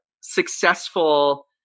successful